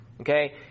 okay